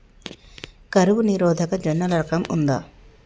కరువు నిరోధక జొన్నల రకం ఉందా?